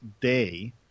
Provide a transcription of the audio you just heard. day